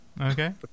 okay